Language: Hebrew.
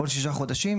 כל שישה חודשים.